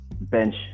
bench